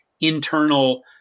internal